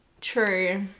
True